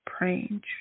Prange